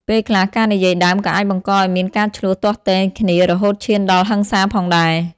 ពេលខ្លះ ការនិយាយដើមក៏អាចបង្កឲ្យមានការឈ្លោះទាស់ទែងគ្នារហូតឈានដល់ហិង្សាផងដែរ។